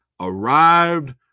arrived